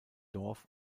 dorf